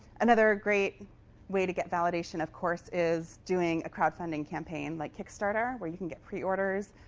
another great way to get validation, of course, is doing a crowdfunding campaign like kickstarter, where you can get pre-orders.